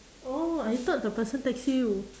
oh I thought the person text you